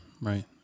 Right